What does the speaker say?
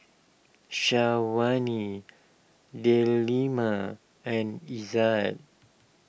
Delima and Izzat